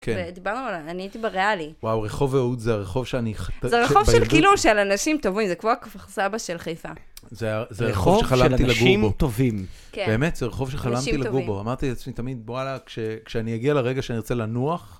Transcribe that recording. ודיברנו עליו, אני הייתי בריאלי. וואו, רחוב אהוד זה הרחוב שאני... זה רחוב של כאילו, של אנשים טובים, זה כמו הכפר סבא של חיפה. רחוב של אנשים טובים. באמת, זה רחוב שחלמתי לגור בו. אמרתי לעצמי תמיד, וואלה, כשאני אגיע לרגע שאני רוצה לנוח...